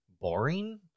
boring